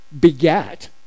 begat